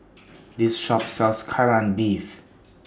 This Shop sells Kai Lan Beef